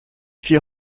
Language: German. vier